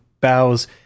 bows